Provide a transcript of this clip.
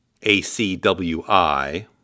ACWI